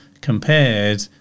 compared